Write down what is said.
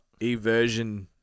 Eversion